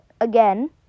again